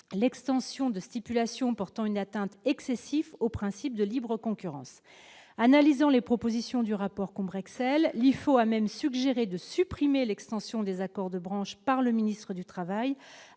l'extension de stipulations portant une atteinte excessive au principe de la libre concurrence. Analysant les propositions du rapport Combrexelle, l'IFO a même suggéré de supprimer l'extension des accords de branche par le ministre du travail,